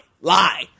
Lie